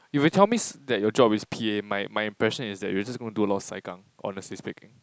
if you tell me s~ that your job is p_a my my impression is that you're just gonna do a lot of sai-kang honestly speaking